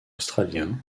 australiens